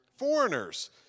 foreigners